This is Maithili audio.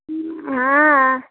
हँ